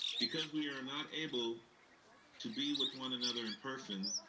because we are not able to be with one another in person,